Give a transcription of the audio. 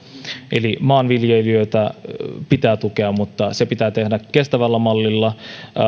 eli maanviljelijöitä pitää tukea mutta se pitää tehdä kestävällä mallilla